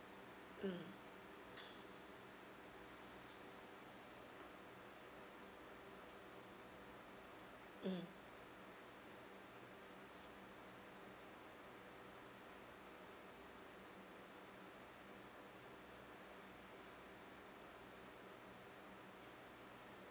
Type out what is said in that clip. mm